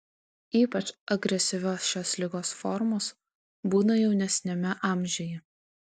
ypač agresyvios šios ligos formos būna jaunesniame amžiuje